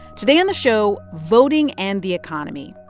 today on the show, voting and the economy.